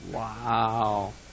Wow